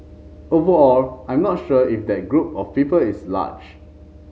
overall I'm not sure if that group of people is large